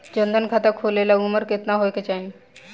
जन धन खाता खोले ला उमर केतना होए के चाही?